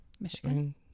Michigan